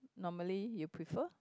normally you prefer